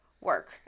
work